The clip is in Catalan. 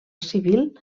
civil